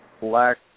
black